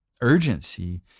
urgency